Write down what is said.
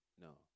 No